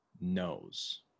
knows